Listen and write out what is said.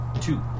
two